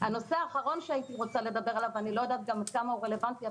הנושא האחרון שהייתי רוצה לדבר עליו ואני לא יודעת עד כמה הוא רלבנטי,